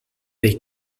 they